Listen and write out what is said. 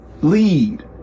lead